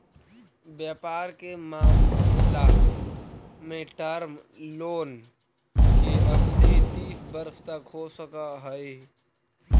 व्यापार के मामला में टर्म लोन के अवधि तीस वर्ष तक हो सकऽ हई